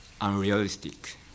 unrealistic